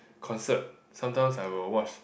concert sometimes I will watch